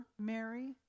Mary